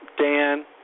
Dan